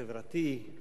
חברתי,